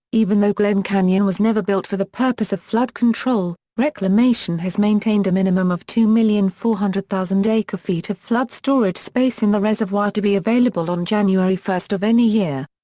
even though glen canyon was never built for the purpose of flood control, reclamation has maintained a minimum of two million four hundred thousand acre feet of flood-storage space in the reservoir to be available on january one of any year.